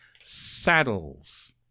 Saddles